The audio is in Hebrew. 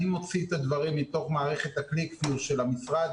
אני מוציא את הדברים מתוך מערכת הקליקסיו של המשרד,